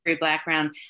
background